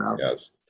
yes